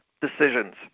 decisions